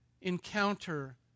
encounter